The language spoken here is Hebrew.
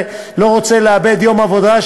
או לא רוצה לאבד יום עבודה,